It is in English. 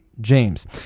James